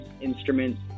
instruments